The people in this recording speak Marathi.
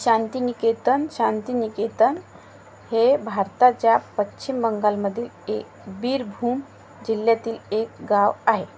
शांतिनिकेतन शांतिनिकेतन हे भारताच्या पश्चिम बंगालमधील एक बीरभूम जिल्ह्यातील एक गाव आहे